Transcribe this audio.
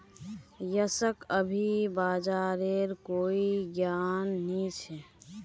यशक अभी बाजारेर कोई ज्ञान नी छ